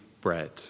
bread